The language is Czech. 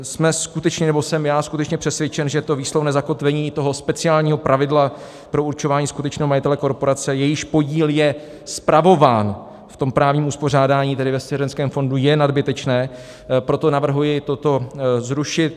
Jsme skutečně, nebo já jsem skutečně přesvědčen, že to výslovné zakotvení toho speciálního pravidla pro určování skutečného majitele korporace, jejíž podíl je spravován v tom právním uspořádání, tedy ve svěřenském fondu, je nadbytečné, proto navrhuji toto zrušit.